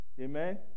Amen